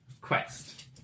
Quest